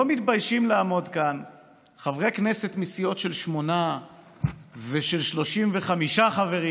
לא מתביישים לעמוד כאן חברי כנסת מסיעות של שמונה ושל 35 חברים,